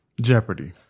Jeopardy